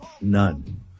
None